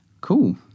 Cool